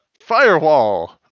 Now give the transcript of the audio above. firewall